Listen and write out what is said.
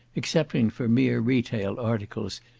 excepting for mere retail articles,